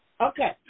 Okay